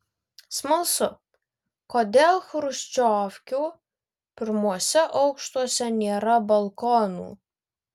smalsu kodėl chruščiovkių pirmuose aukštuose nėra balkonų